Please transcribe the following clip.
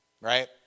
right